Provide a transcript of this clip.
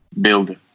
build